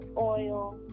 oil